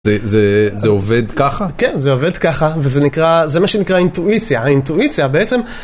זה עובד ככה? כן, זה עובד ככה, וזה מה שנקרא אינטואיציה, האינטואיציה בעצם...